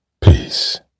peace